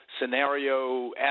scenario